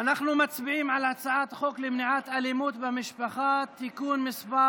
אנחנו מצביעים על הצעת חוק למניעת אלימות במשפחה (תיקון מס'